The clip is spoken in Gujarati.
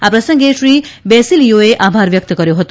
આ પ્રસંગે શ્રી બેસિલિયોએ આભાર વ્યકત ક્યો હતો